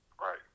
Right